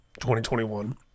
2021